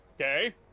okay